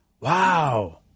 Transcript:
Wow